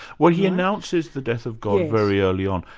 well he announces the death of god very early on.